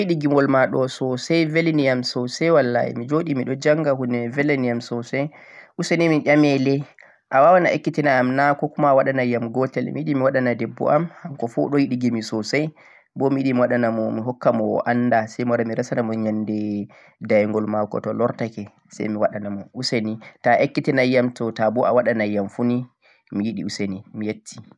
miɗo yiɗi gimol ma ɗo soosay beeliniyam soosay wallaahi, mi Jo ɗi mi ɗo jannga huunde may beeliniyam soosay useni mi ƴame le a waawan a ƴekkitiyam na? 'ko kuma' a waɗay nay yam gootel mi yi ɗi mi waɗana debbo am hanko fu o ɗo yi ɗi gimi soosay bo mi yi ɗi mi waɗa mo mi hakka mo o annda say mi wara mi resa na mo nyannde daygol maako to lortake say mi waɗa mo useni, to a yekkiti nay yam to; to bo a waɗay yam fu ni mi yiɗi useni mi yetti